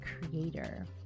creator